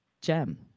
gem